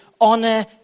Honor